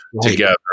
together